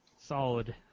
Solid